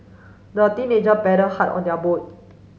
the teenager paddle hard on their boat